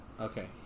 Okay